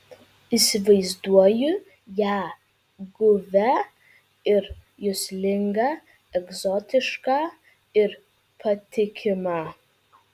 įsivaizduoju ją guvią ir juslingą egzotišką ir patikimą